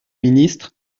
ministre